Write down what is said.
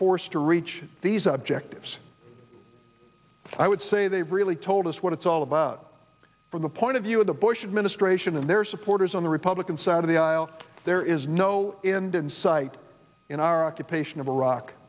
force to reach these objectives i would say they've really told us what it's all about from the point of view of the bush administration and their supporters on the republican side of the aisle there is no end in sight in our occupation of iraq